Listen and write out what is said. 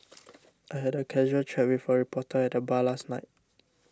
I had a casual chat with a reporter at the bar last night